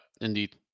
indeed